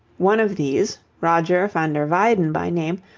one of these, roger van der weyden by name,